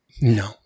No